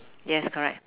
yes correct